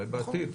אולי בעתיד.